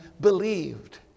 believed